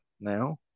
now